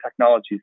technologies